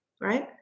right